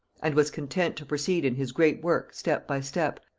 and was content to proceed in his great work step by step,